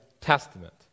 Testament